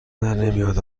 درنمیاد